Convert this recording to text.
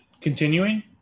continuing